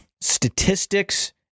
statistics